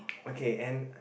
okay and